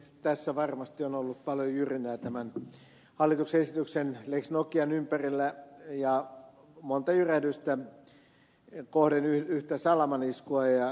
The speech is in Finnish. tässä varmasti on ollut paljon jyrinää tämän hallituksen esityksen lex nokian ympärillä ja monta jyrähdystä yhtä salamaniskua kohden